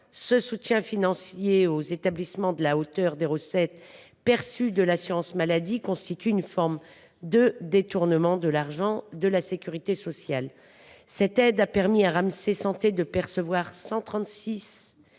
ce soutien financier aux établissements à la hauteur des recettes perçues de l’assurance maladie constitue une forme de détournement de l’argent de la sécurité sociale. En effet, cette aide a permis à Ramsay Santé de percevoir 136,7